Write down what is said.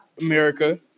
America